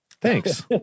Thanks